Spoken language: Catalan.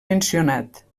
mencionat